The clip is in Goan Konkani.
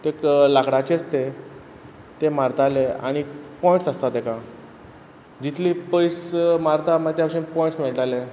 ते क लाकडाचेच ते ते मारताले आनीक पॉयंट्स आसता तेका जितले पयस मारता मा त्या भशेन पॉयंट्स मेळटाले